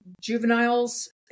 Juveniles